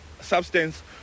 substance